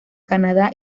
canadá